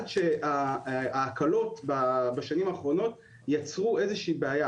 שההקלות בשנים האחרונות יצרו איזושהי בעיה.